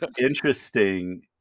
Interesting